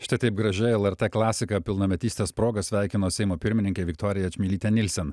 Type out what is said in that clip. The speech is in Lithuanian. štai taip gražiai lrt klasiką pilnametystės proga sveikino seimo pirmininkė viktorija čmilytė nilsen